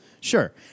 Sure